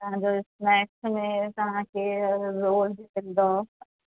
तव्हांजो स्नैक्स में तव्हांखे उहो मिलंदव ॿीं